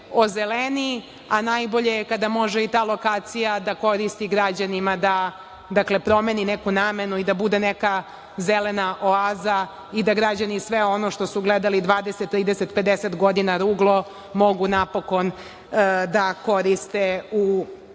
a najbolje je kada može i ta lokacija da koristi građanima, da promeni neku namenu i da bude neka zelena oaza i da građani sve ono što su gledali 20, 30, 50 godina, ruglo, mogu napokon da koriste u druge